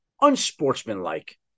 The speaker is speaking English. unsportsmanlike